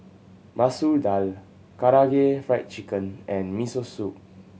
Masoor Dal Karaage Fried Chicken and Miso Soup